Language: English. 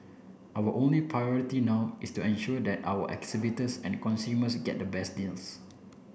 our only priority now is to ensure that our exhibitors and consumers get the best deals